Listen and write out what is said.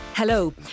Hello